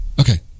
okay